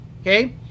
Okay